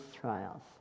trials